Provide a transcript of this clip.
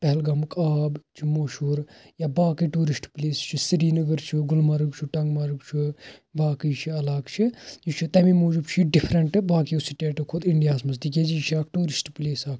پہلگامُک آب چھُ مشہوٗر یا باقٕے ٹیٛوٗرسٹہٕ پلیسز سرینگر چھُ گلمرگ چھُ ٹنگمرگ چھُ باقٕے چھِ علاقہٕ چھِ یہِ چھُ تمے موٗجوٗب چھِ یہِ ڈفریٚنٹہٕ باقیو سٹیٹو کھۄتہٕ انڈیا ہس منٛز تِکیٛازِ یہِ چھِ اکھ ٹیٛوٗرسٹہٕ پٕلیس اَکھ